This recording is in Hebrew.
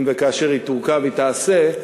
אם וכאשר היא תורכב, תעשה,